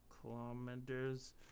kilometers